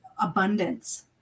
abundance